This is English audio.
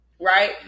right